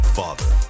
father